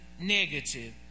negative